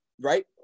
right